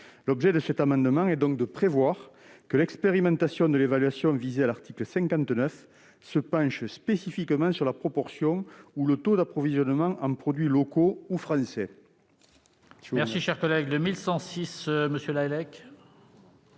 L'objet de cet amendement est donc de prévoir que l'expérimentation de l'évaluation visée à l'article 59 se penche spécifiquement sur la proportion ou le taux d'approvisionnement en produits locaux ou français. L'amendement n° 1106, présenté